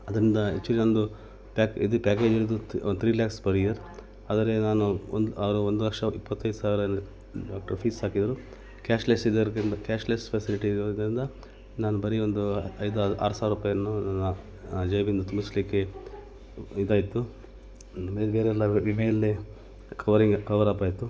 ಆದ್ದರಿಂದ ಆ್ಯಕ್ಚುಲಿ ನನ್ನದು ಪ್ಯಾಕ್ ಇದು ಪ್ಯಾಕೇಜ್ ಇರುವುದು ತ್ ಒಂದು ತ್ರೀ ಲ್ಯಾಕ್ಸ್ ಪರ್ ಇಯರ್ ಆದರೆ ನಾನು ಒಂದು ಅವರು ಒಂದು ಲಕ್ಷ ಇಪ್ಪತ್ತೈದು ಸಾವಿರನ ಡಾಕ್ಟರ್ ಫೀಸ್ ಹಾಕಿದ್ದರು ಕ್ಯಾಶ್ಲೆಸ್ ಇದ್ದವರ್ಗೆಲ್ಲ ಕ್ಯಾಶ್ಲೆಸ್ ಫೆಸಿಲಿಟಿ ಇರೋದರಿಂದ ನಾನು ಬರೀ ಒಂದು ಐದಾರು ಆರು ಸಾವಿರ ರೂಪಾಯನ್ನು ನನ್ನ ಜೇಬಿಂದ ತುಂಬಿಸಲಿಕ್ಕೆ ಇದಾಯಿತು ಬೇರೆ ಬೇರೆಯೆಲ್ಲ ವಿಮೆಯಲ್ಲೇ ಕವರಿಂಗ್ ಕವರಪ್ ಆಯಿತು